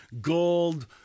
gold